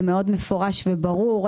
זה מאוד מפורש וברור.